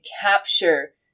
capture